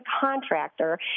contractor